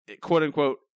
quote-unquote